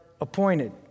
Appointed